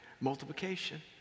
Multiplication